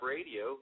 Radio